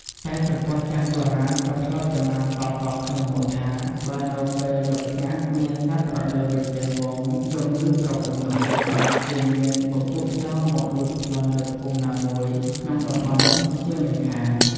តែចំពោះចាស់បុរាណគាត់ធ្លាប់ចំណាំតៗគ្នាមកថា បើនៅពេលយប់ស្ងាត់មានសត្វត្រដេវវ៉ិចទាំងហ្វូងយំឮទ្រហឹងនោះ ច្បាស់ជាមានពពួកចោរមកលួចប្លន់នៅភូមិណាមួយក្នុងតំបន់នោះជាមិនខាន។